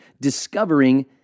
discovering